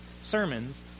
sermons